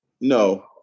No